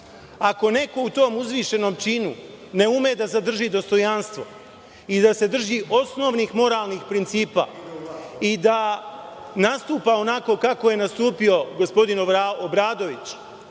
Ako neko u tom uzvišenom činu ne ume da zadrži dostojanstvo i da se drži osnovnih moralnih principa i da nastupa onako kako je nastupio gospodin Obradović,